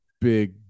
big